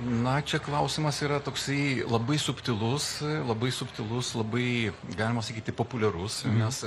na čia klausimas yra toksai labai subtilus labai subtilus labai galima sakyti populiarus mes